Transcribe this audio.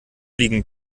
liegen